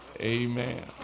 Amen